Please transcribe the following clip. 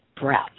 breath